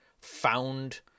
Found